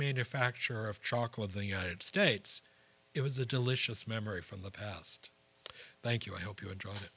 manufacturer of chocolate the united states it was a delicious memory from the past thank you i hope you enjoyed it